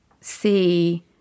see